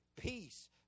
peace